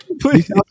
please